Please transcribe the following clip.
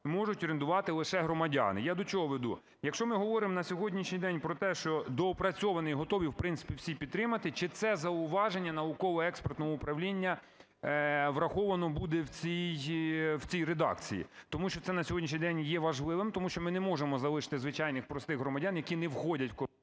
можуть орендувати лише громадяни. Я до чого веду? Якщо ми говоримо на сьогоднішній день про те, що доопрацьований готові, в принципі, всі підтримати, чи це зауваження науково-експертного управління враховано буде в цій редакції? Тому що це на сьогоднішній день є важливим, тому що ми не можемо залишити звичайних, простих громадян, які не входять… ГОЛОВУЮЧИЙ.